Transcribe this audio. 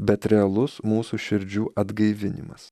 bet realus mūsų širdžių atgaivinimas